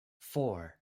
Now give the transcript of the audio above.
four